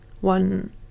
one